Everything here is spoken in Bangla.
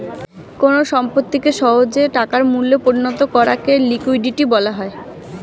কোন সম্পত্তিকে সহজে টাকার মূল্যে পরিণত করাকে লিকুইডিটি বলা হয়